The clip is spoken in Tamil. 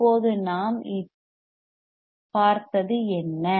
இப்போது நாம் இப்போது பார்த்தது என்ன